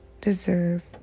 deserve